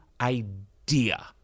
idea